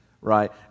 right